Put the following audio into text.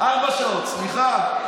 ארבע שעות, סליחה.